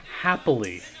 happily